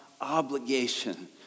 obligation